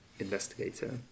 investigator